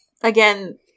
again